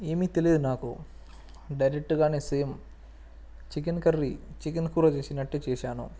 ఏమి తెలియదు నాకు డైరెక్ట్గా సేమ్ చికెన్ కర్రీ చికెన్ కూర చేసినట్టే చేశాను